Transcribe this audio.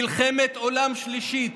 מלחמת עולם שלישית.